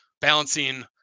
balancing